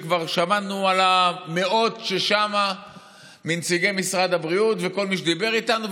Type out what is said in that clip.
כבר שמענו על המאות שם מנציגי משרד הבריאות וכל מי שדיבר איתנו,